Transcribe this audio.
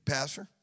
Pastor